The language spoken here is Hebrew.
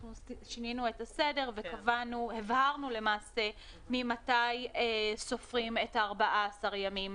אנחנו שינינו את הסדר והבהרנו ממתי סופרים את ארבעה-עשר הימים